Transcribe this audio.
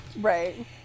Right